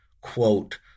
quote